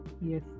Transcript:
yes